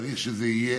צריך שזה יהיה.